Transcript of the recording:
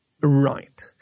Right